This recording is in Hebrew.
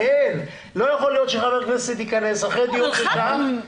לא יכול להיות שחבר כנסת ייכנס אחרי דיון של שעה.